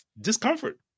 discomfort